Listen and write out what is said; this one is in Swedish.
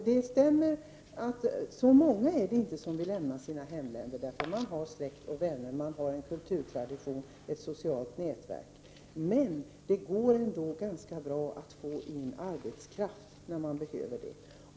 Det stämmer att det inte är så många som vill lämna sina hemländer, då man har släkt och vänner, en kulturtradition och ett socialt nätverk, men det går ändå ganska bra att få in arbetskraft när det behövs.